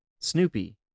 Snoopy